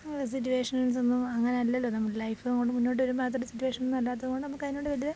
സിറ്റുവേഷൻസൊന്നും അങ്ങനെ അല്ലല്ലോ നമ്മളെ ലൈഫും കൊണ്ട് മുന്നോട്ട് വരുമ്പോൾ അങ്ങത്തെ ഒരു സീറ്റുവേഷൻ ഒന്നും അല്ലാത്തതുകൊണ്ട് നമുക്ക് അതിനോട് വലിയ